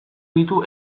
ditu